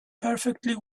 perfectly